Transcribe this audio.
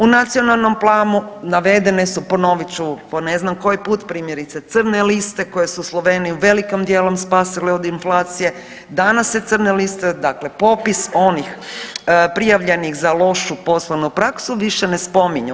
U nacionalnom planu navedene su ponovit ću po ne znam koji put primjerice crne liste koje su Sloveniju velikim dijelom spasile od inflacije, danas se crne liste dakle popis onih prijavljenih za lošu poslovnu praksu više ne spominju.